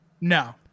No